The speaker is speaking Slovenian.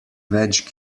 več